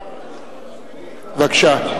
בבקשה.